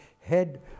head